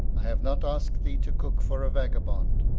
i have not asked thee to cook for a vagabond.